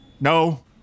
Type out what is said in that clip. No